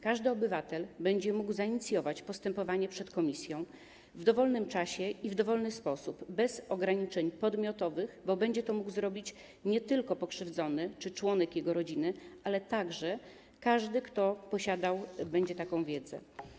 Każdy obywatel będzie mógł zainicjować postępowanie przed komisją w dowolnym czasie i w dowolny sposób, bez ograniczeń podmiotowych, bo będzie to mógł zrobić nie tylko pokrzywdzony czy członek jego rodziny, ale także każdy, kto będzie posiadał taką wiedzę.